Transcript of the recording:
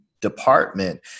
department